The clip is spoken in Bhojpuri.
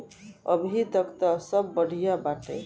अबहीं तक त सब बढ़िया बाटे